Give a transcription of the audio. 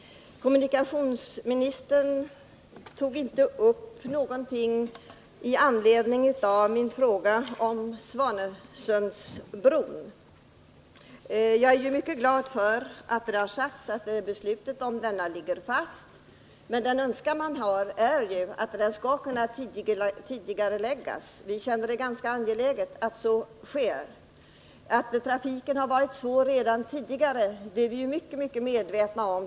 Kommunikationsministern gick inte in på det jag anförde om Svanesundsbron. Jag är emellertid mycket glad för att det sagts att beslutet om denna bro ligger fast, men naturligtvis önskar man att arbetet med den skall kunna tidigareläggas. Vi känner det angeläget att så sker. Att trafikproblemen har varit stora redan tidigare är vi som bor på öarna mycket medvetna om.